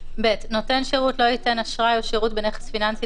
(ב)נותן שירות לא ייתן אשראי או שירות בנכס פיננסי,